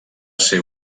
ser